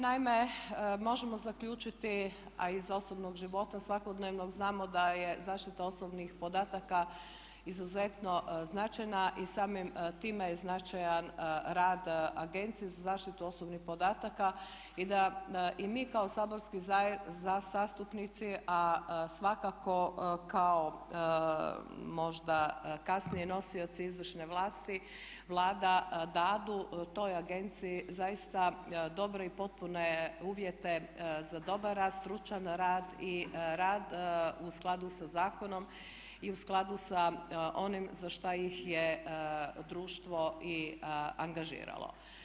Naime, možemo zaključiti, a iz osobnog života svakodnevnog znamo da je zaštita osobnih podataka izuzetno značajna i samim time je značajan rad Agencije za zaštitu osobnih podataka i da i mi kao saborski zastupnici, a svakako kao možda kasnije nosioci izvršne vlasti Vlada dadu toj agenciji zaista dobre i potpune uvjete za dobar rad, stručan rad i rad u skladu sa zakonom i u skladu sa onim za šta ih je društvo i angažiralo.